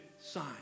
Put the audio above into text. sign